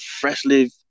freshly